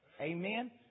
Amen